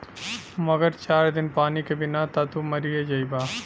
मगर चार दिन पानी के बिना त तू मरिए जइबा